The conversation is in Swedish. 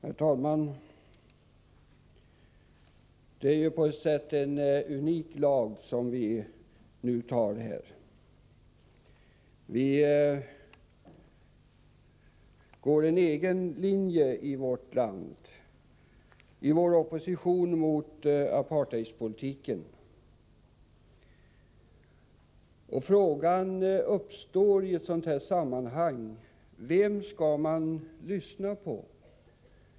Herr talman! På ett sätt är det en unik lag som vi nu skall fatta beslut om. Vi följer vår egen linje här i landet, i vår opposition mot apartheidpolitiken. I ett sådant sammanhang uppstår frågan: Vem skall man lyssna på?